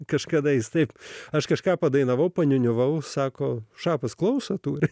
kažkada jis taip aš kažką padainavau paniūniavau sako šapas klausą turi